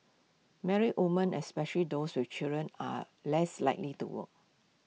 married women especially those with children are less likely to work